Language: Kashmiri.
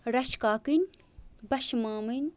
رَشہٕ کاکٕنۍ بَشہٕ مامٕنۍ